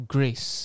Grace